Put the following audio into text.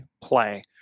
play